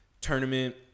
tournament